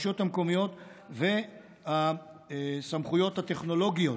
הרשויות המקומיות והסמכויות הטכנולוגיות.